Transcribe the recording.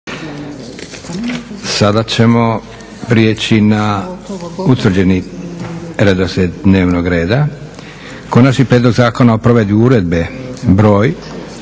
Sada ćemo priječi na utvrđeni redoslijed dnevnog reda: Konačni prijedlog Zakona o provedbi Uredbe broj